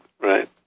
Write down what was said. right